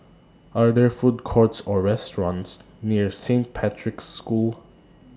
Are There Food Courts Or restaurants near Saint Patrick's School